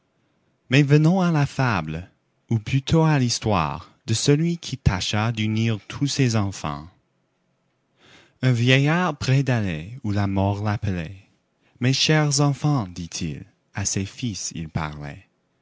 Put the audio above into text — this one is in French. mais venons à la fable ou plutôt à l'histoire de celui qui tâcha d'unir tous ses enfants un vieillard près d'aller où la mort l'appelait mes chers enfants dit-il à ses fils il parlait